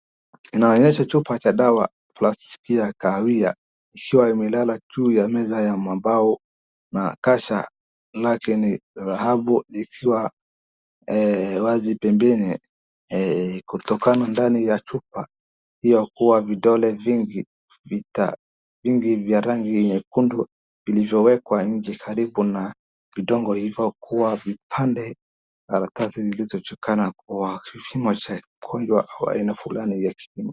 Inaonyesha chupa cha dawa plastiki ya kahawia ikiwa imelala juu ya meza ya mambao, na kasha lake ni dhahabu likiwa wazi pembeni kutokana ndani ya chupa iliyokuwa vidole vingi vya rangi nyekundu, viliyowekwa njee karibu na udongo ilivyokuwa vipande karatasi zilizoshikana na kishimo cha wagonjwa fulani fulani ya kipimo.